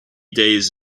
days